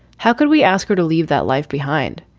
how could we ask her to leave that life behind?